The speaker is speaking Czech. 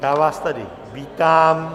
Já vás tady vítám.